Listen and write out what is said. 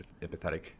empathetic